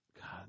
God